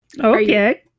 Okay